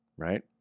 Right